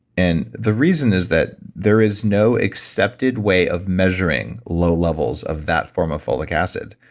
and the reason is that there is no accepted way of measuring low levels of that form of folic acid.